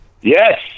Yes